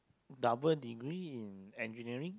double degree in engineering